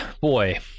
boy